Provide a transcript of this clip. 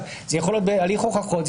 זה יכול להיות בהליך הוכחות,